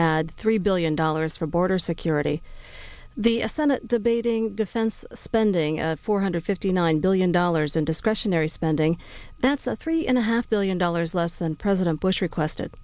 add three billion dollars for border security the senate debating defense spending four hundred fifty nine billion dollars in discretionary spending that's a three and a half billion dollars less than president bush requested